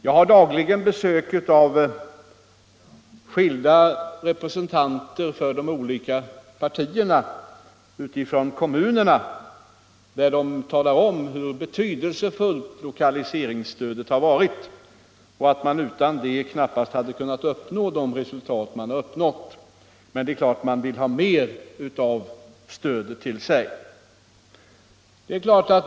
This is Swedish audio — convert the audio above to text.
Jag får dagligen besök av representanter för kommunerna, och då talar företrädare för olika partier om hur betydelsefullt lokaliseringsstödet har varit och att man utan det knappast hade kunnat uppnå de resultat som man har nått. Men det är klart att man vill ha mer av stödet till sig.